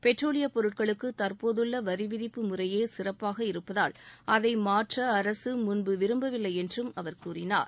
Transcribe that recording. பெட்ரோலியப் பொருட்களுக்கு தற்போதுள்ள வரி விதிப்பு முறையே சிறப்பாக இருப்பதால் அதை மாற்ற அரசு முன்பு விரும்பவில்லை என்றும் அவர் கூறினார்